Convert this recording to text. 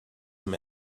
him